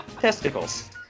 Testicles